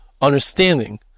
understanding